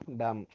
dam